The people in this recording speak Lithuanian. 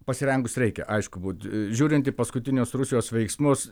pasirengus reikia aišku būt žiūrint į paskutinius rusijos veiksmus